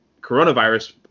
coronavirus